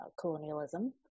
colonialism